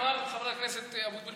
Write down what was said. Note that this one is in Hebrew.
אמר חבר הכנסת אבוטבול,